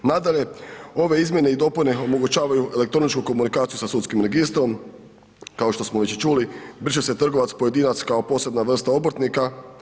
Nadalje, ove izmjene i dopune omogućavaju elektroničku komunikaciju sa sudskim registrom, kao što smo već i čuli briše se trgovac pojedinac kao posebna vrsta obrtnika.